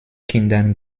kindern